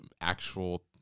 Actual